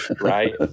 Right